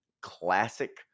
classic